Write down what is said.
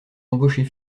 embaucher